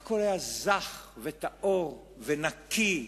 הכול היה זך, וטהור ונקי.